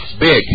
Big